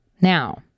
Now